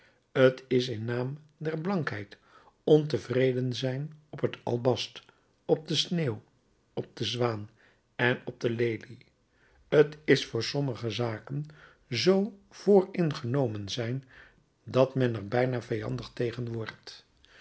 t is in naam der blankheid ontevreden zijn op het albast op de sneeuw op den zwaan en op de lelie t is voor sommige zaken zoo vooringenomen zijn dat men er bijna vijandig tegen wordt